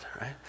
Right